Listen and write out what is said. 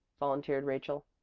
volunteered rachel.